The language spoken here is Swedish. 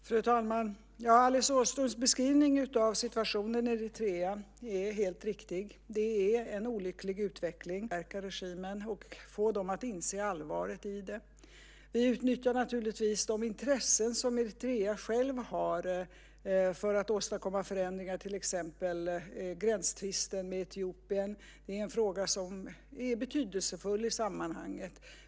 Fru talman! Alice Åströms beskrivning av situationen i Eritrea är helt riktig. Det är en olycklig utveckling. Via de diplomatiska kontakter vi har försöker vi påverka regimen och få den att inse allvaret i det. Vi utnyttjar naturligtvis de intressen som Eritrea självt har för att åstadkomma förändringar. Det gäller till exempel gränstvisten med Etiopien. Det är en fråga som är betydelsefull i sammanhanget.